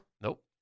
Nope